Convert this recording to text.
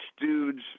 dudes